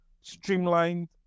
Streamlined